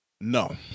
No